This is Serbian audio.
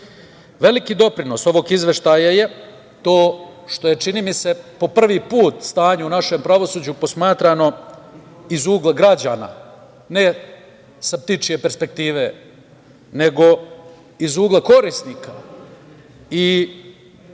Veliki doprinos ovog Izveštaja je to što je, čini mi se, po prvi put stanje u našem pravosuđu posmatrano iz ugla građana, ne sa ptičije perspektive, nego iz ugla korisnika i